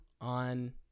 on